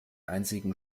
einzigen